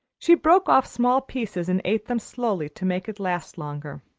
she broke off small pieces and ate them slowly to make it last longer.